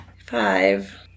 Five